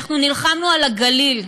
אנחנו נלחמנו על הגליל,